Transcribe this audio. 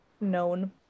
known